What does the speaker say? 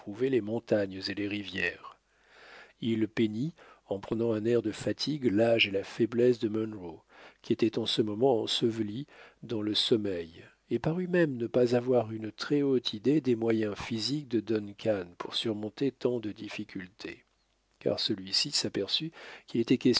les montagnes et les rivières il peignit en prenant un air de fatigue l'âge et la faiblesse de munro qui était en ce moment enseveli dans le sommeil et parut même ne pas avoir une très haute idée des moyens physiques de duncan pour surmonter tant de difficultés car celui-ci s'aperçut qu'il était